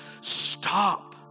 stop